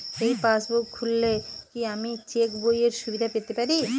এই পাসবুক খুললে কি আমি চেকবইয়ের সুবিধা পেতে পারি?